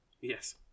Yes